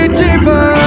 deeper